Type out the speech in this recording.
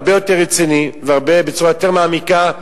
הרבה יותר רצינית ובצורה יותר מעמיקה,